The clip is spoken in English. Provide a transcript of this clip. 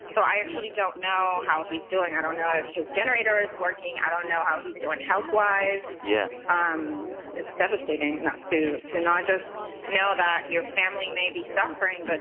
so i actually don't know how he's doing. i don't know if his generator is working. i don't know how he's doing health-wise yeah um it's devastating not to to not just know that your family may be suffering, but